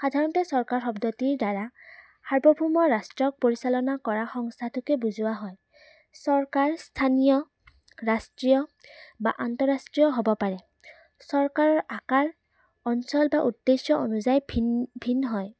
সাধাৰণতে চৰকাৰ শব্দটিৰ দ্বাৰা সাৰ্বভৌমৰ ৰাষ্ট্ৰক পৰিচালনা কৰা সংস্থাটোকে বুজোৱা হয় চৰকাৰ স্থানীয় ৰাষ্ট্ৰীয় বা আন্তঃৰাষ্ট্ৰীয় হ'ব পাৰে চৰকাৰৰ আকাৰ অঞ্চল বা উদ্দেশ্য অনুযায়ী ভিন ভিন হয়